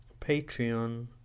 Patreon